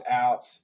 out